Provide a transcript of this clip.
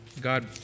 God